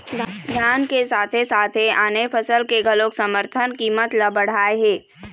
धान के साथे साथे आने फसल के घलोक समरथन कीमत ल बड़हाए हे